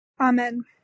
Amen